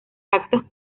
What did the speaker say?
actos